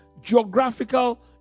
geographical